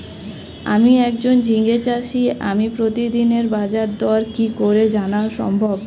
আমি একজন ঝিঙে চাষী আমি প্রতিদিনের বাজারদর কি করে জানা সম্ভব?